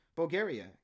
Bulgaria